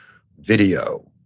video.